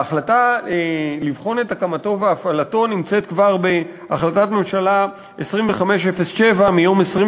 ההחלטה לבחון את הקמתו והפעלתו נמצאת כבר בהחלטת הממשלה 2507 מיום 28